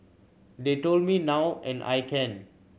they told me now and I can